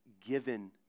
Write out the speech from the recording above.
given